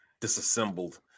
disassembled